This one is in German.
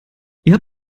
ihr